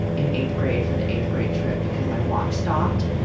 in eighth grade for the eighth-grade trip because my watch stopped.